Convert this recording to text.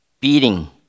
beating